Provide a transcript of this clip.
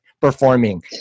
performing